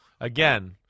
Again